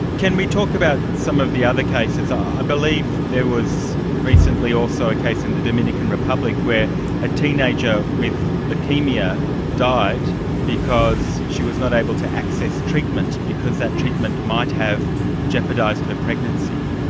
can we talk about some of the other cases? i believe there was recently also a case in the dominican republic where a teenager with leukaemia died because she was not able to access treatment because that treatment might have jeopardised her pregnancy.